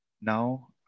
now